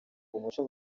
umuco